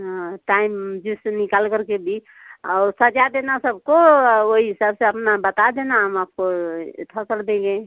हाँ टाइम जैसे निकाल करके भी और सजा देना सबको वही हिसाब से अपना बता देना हम आपको एथा कर देंगे